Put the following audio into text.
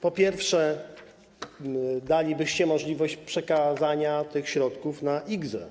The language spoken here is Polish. Po pierwsze, dalibyście możliwość przekazania tych środków na IKZE.